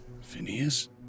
Phineas